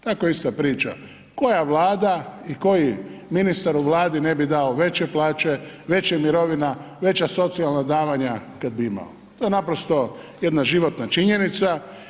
Tako ista priča, koja vlada i koji ministar u vladi ne bi dao veće plaće, veće mirovine, veća socijalna davanja kada bi imao, to je naprosto jedna životna činjenica.